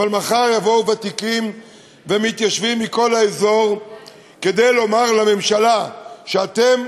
אבל מחר יבואו ותיקים ומתיישבים מכל האזור כדי לומר לממשלה שאתם,